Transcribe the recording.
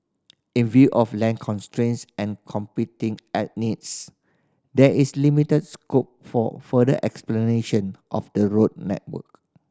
in view of land constraints and competing and needs there is limited scope for further of the road network